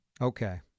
okay